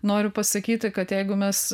noriu pasakyti kad jeigu mes